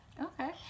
Okay